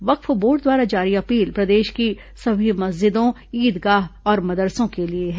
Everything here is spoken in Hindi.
वक्फ बोर्ड द्वारा जारी अपील प्रदेश की सभी मस्जिदों ईदगाह और मदरसों के लिए है